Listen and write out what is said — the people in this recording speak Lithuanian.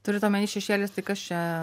turit omeny šešėlis tai kas čia